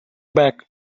back